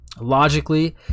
Logically